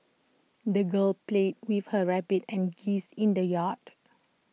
the girl played with her rabbit and geese in the yard